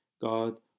God